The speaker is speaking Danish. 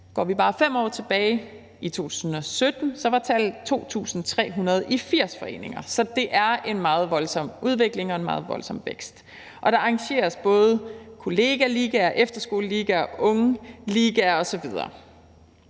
Går vi bare 5 år tilbage, var tallet i 2017 2.300 i 80 foreninger. Så det er en meget voldsom udvikling og en meget voldsom vækst. Og der arrangeres kollegaligaer, efterskoleligaer, ungeligaer osv.